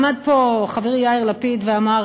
עמד פה חברי יאיר לפיד ואמר